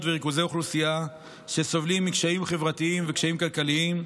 ואזורי אוכלוסייה הסובלים מקשיים חברתיים ומקשיים כלכליים.